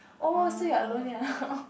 oh so you are alone here